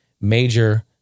major